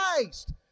Christ